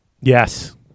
Yes